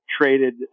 traded